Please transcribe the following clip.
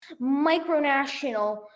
micronational